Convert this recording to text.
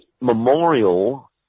memorial